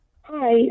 Hi